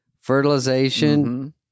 fertilization